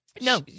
No